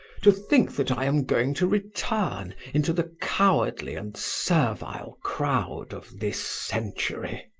to think that i am going to return into the cowardly and servile crowd of this century!